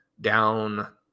down